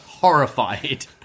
horrified